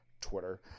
twitter